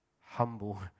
humble